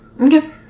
Okay